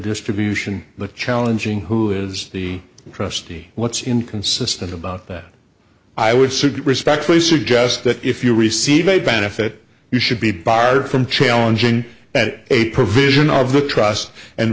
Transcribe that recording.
distribution the challenging who is the trustee what's inconsistent about that i would respectfully suggest that if you receive a benefit you should be barred from challenging it a provision of the trust and